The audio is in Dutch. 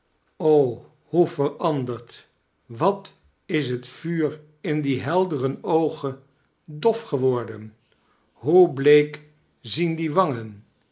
o hoe veranderd wat is het vuur in die heldere oogen dof geworden hoe bleek zien die wangen